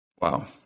Wow